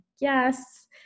yes